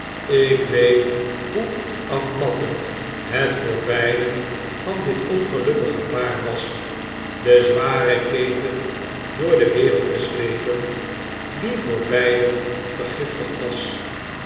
ik weet hoe afmattend het voor beiden van dit ongelukkige paar was de zware keten door de wereld te slepen die voor beiden vergiftigd was